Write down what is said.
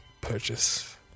purchase